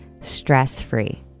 stress-free